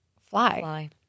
fly